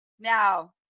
Now